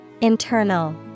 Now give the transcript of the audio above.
Internal